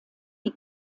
die